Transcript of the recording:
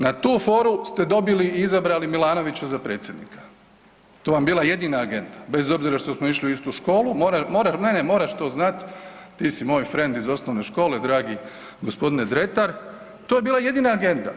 Na tu foru ste dobili i izabrali Milanovića za predsjednika, to vam je bila jedina agenda bez obzira što smo išli u istu školu, ne, moraš to znat ti si moj frend iz osnovne škole dragi g. Dretar, to je bila jedina agenda.